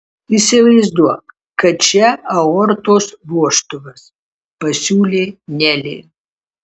įsivaizduok kad čia aortos vožtuvas pasiūlė nelė